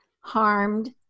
harmed